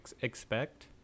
expect